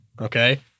Okay